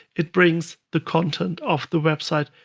it brings the content of the website,